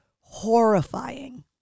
horrifying